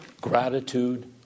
gratitude